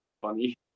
funny